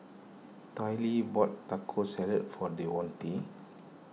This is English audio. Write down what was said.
Tyree bought Taco Salad for Devonte